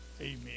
Amen